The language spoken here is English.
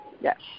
yes